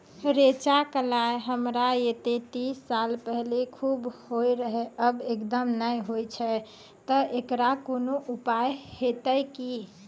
रेचा, कलाय हमरा येते तीस साल पहले खूब होय रहें, अब एकदम नैय होय छैय तऽ एकरऽ कोनो उपाय हेते कि?